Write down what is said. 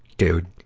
dude,